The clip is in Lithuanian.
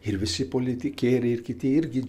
ir visi politikieriai ir kiti irgi